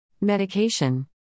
Medication